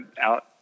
out